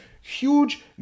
huge